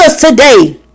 Today